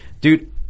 dude